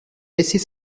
baisser